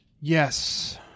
yes